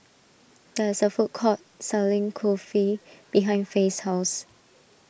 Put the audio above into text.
there is a food court selling Kulfi behind Fae's house